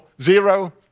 zero